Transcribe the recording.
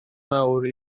mawr